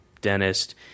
dentist –